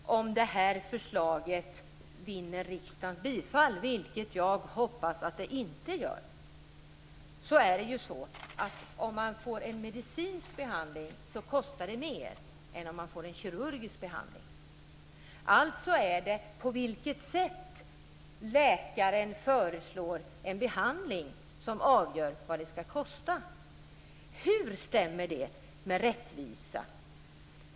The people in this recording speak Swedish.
Om förslaget vinner riksdagens bifall, vilket jag hoppas att det inte gör, kostar det mer om man får en behandling med medicin än om man får en kirurgisk behandling. Alltså är det på vilket sätt läkaren föreslår en behandling som avgör vad det skall kosta. Hur stämmer det med rättvisa?